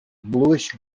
bluish